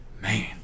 Man